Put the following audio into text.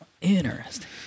Interesting